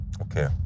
Okay